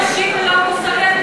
הלא-אנושי והלא-מוסרי,